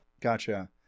Gotcha